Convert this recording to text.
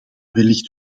wellicht